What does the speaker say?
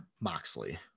Moxley